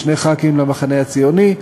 המחנה הציוני,